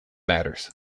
matters